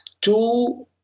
two